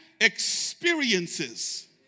experiences